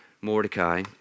Mordecai